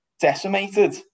decimated